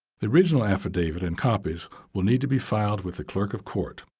the original affidavit and copies will need to be filed with the clerk of court.